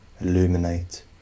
illuminate